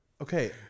Okay